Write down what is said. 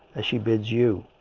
as she bids you.